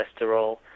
cholesterol